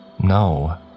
No